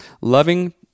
loving